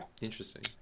Interesting